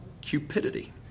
Cupidity